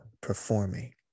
performing